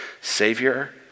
Savior